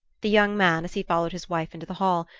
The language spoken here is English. the young man, as he followed his wife into the hall,